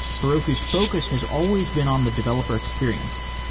heroku's focus has always been on the developer experience,